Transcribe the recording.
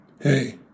Hey